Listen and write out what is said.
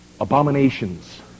abominations